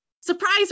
surprise